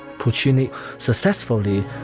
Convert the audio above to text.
puccini successfully,